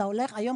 היום,